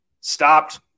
stopped